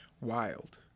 wild